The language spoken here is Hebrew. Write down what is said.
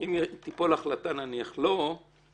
אם תיפול החלטה לא ללכת,